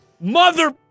Mother